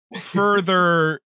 further